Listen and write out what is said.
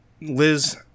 Liz